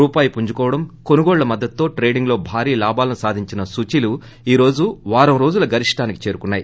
రూపాయి పుంజుకోపడం కొనుగోళ్ల మద్దతుతో ట్రేడింగ్లో భారీ లాభాలను సాధించిన సూచీలు ఈ రోజు వారం రోజుల గరిష్గానికి చేరాయి